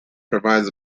provides